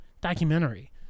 documentary